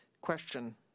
Question